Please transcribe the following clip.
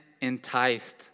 enticed